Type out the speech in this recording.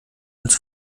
als